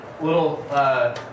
little